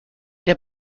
der